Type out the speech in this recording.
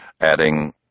adding